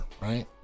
right